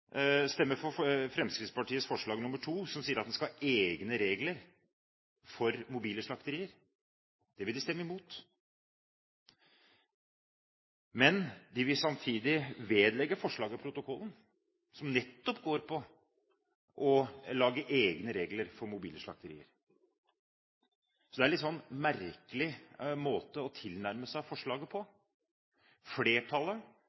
forslag nr. 2, fra Fremskrittspartiet, som sier at en skal ha egne regler for mobile slakterier. Det vil de stemme imot. Men de vil samtidig vedlegge forslaget protokollen, som nettopp går på å lage egne regler for mobile slakterier. Så det er en litt merkelig måte å tilnærme seg forslaget på. Flertallet